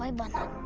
um but